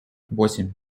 восемь